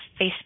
Facebook